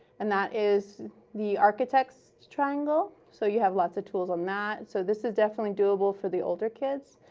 and that is the architect's triangle. so you have lots of tools on that. so this is definitely doable for the older kids.